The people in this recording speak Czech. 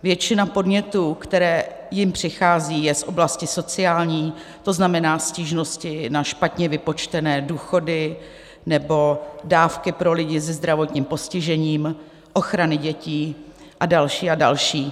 Většina podnětů, které jim přichází, je z oblasti sociální, to znamená stížnosti na špatně vypočtené důchody nebo dávky pro lidi se zdravotním postižením, ochrany dětí a další a další.